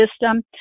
system